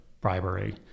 bribery